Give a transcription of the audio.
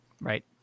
right